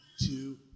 two